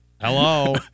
Hello